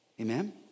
Amen